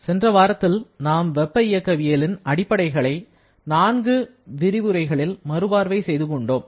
சென்ற வாரத்தில் நாம் வெப்ப இயக்கவியலின் அடிப்படைகளை நான்கு முறைகளில் மறுபார்வை செய்து கொண்டோம்